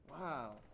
Wow